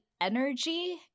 energy